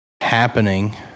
happening